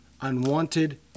unwanted